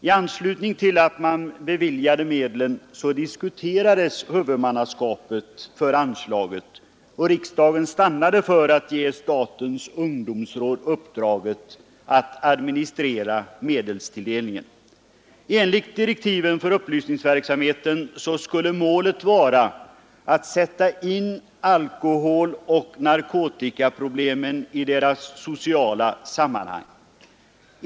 I anslutning till att man beviljade medlen diskuterades huvudmannaskapet för anslaget, och riksdagen stannade då för att ge statens ungdomsråd uppdraget att administrera medelstilldelningen. Enligt direktiven för upplysningsverksamheten skulle målet vara att sätta in alkoholoch narkotikaproblemen i deras sociala sammanhang.